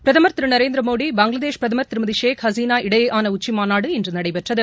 பிரதமா் திரு நரேந்திரமோடி பங்ளாதேஷ் பிரதமா் திரு ஷேக் ஹசீனா இடையேயான உச்சிமாநாடு இன்று நடைபெற்றது